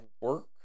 work